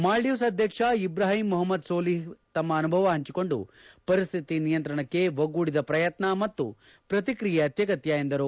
ಮಾಲ್ಡೀವ್ಸ್ ಅಧ್ಯಕ್ಷ ಇಬ್ರಾಹಿಂ ಮಪಮ್ಮದ್ ಸೊಲಿಪ್ ತಮ್ಮ ಅನುಭವ ಪಂಚಿಕೊಂಡು ಪರಿಸ್ಥಿತಿ ನಿಯಂತ್ರಣಕ್ಕೆ ಒಗ್ಗೂಡಿದ ಪ್ರಯತ್ನ ಮತ್ತು ಪ್ರತಿಕ್ರಿಯೆ ಅಗತ್ಯ ಎಂದರು